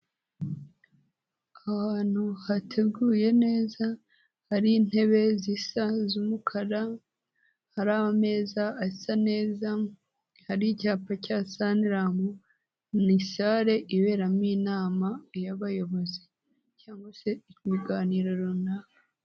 Ahantu hateguye neza, hari intebe zisa z'umukara, hari ameza asa neza, hari icyapa cya saniramu, ni sale iberamo inama y'abayobozi cyangwa se ibiganiro runaka.